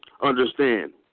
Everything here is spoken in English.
understand